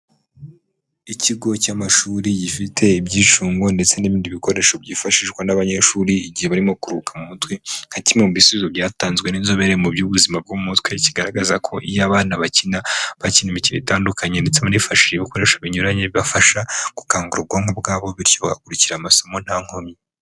Ikigo cy'amashuri gifite ibyicungo ndetse n'ibindi bikoresho byifashishwa n'abanyeshuri igihe barimo kuruhuka mu mutwe, nka kimwe mu bisubizo byatanzwe n'inzobere mu by'ubuzima bwo mu mutwe, kigaragaza ko iyo abana bakina, bakina imikino itandukanye, ndetse banifashishije ibikoresho binyuranye bibafasha gukangura ubwonko bwabo, bityo bagakurikira amasomo nta nkomyi.